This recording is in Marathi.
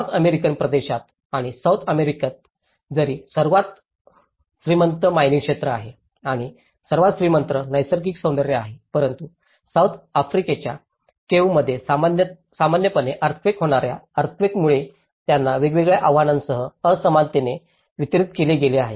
नॉर्थ अमेरिकन प्रदेशात आणि सौथ अमेरिकेत जरी त्यांच्यात सर्वात श्रीमंत मानिंग क्षेत्र आहे आणि सर्वात श्रीमंत नैसर्गिक सौंदर्य आहे परंतु सौथ आफ्रिकेच्या केव्हमध्ये सामान्यपणे अर्थक्वेक होणाऱ्या अर्थक्वेकंमुळेही त्यांना वेगवेगळ्या आव्हानांसह असमानतेने वितरित केले गेले आहे